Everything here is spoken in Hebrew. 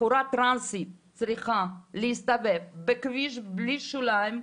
בחורה טרנסית צריכה להסתובב בכביש בלי שוליים.